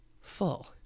full